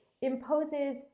imposes